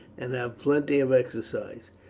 and have plenty of exercise.